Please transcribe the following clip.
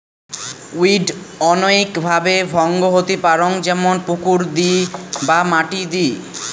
weed অনৈক ভাবে ভঙ্গ হতি পারং যেমন পুকুর দিয় বা মাটি দিয়